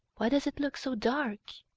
why does it look so dark?